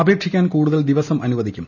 അപേക്ഷിക്കാൻ കൂടുതൽ ദിവസം അനുവദിക്കും